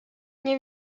nie